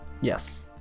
Yes